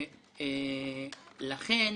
לכן